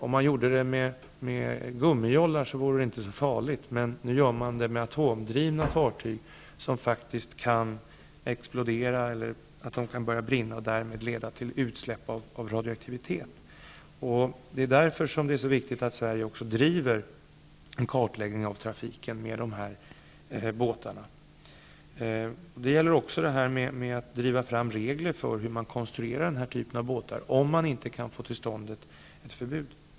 Om man gjorde det med gummijollar vore det inte så farligt, men nu gör man det med atomdrivna fartyg, som faktiskt kan explodera eller börja brinna och därmed avge radioaktiva utsläpp. Det är därför som det är så viktigt att Sverige också driver frågan om en kartläggning av trafiken med dessa båtar. Detsamma gäller behovet av att driva fram regler för hur man konstruerar den här typen av båtar, om man inte kan få till stånd ett förbud.